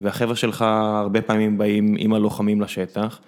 והחבר'ה שלך הרבה פעמים באים עם הלוחמים לשטח.